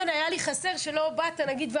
כן היה לי חסר שהמפכ"ל לא בא ואמר: